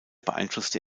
beeinflusste